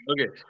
okay